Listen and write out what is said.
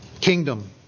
kingdom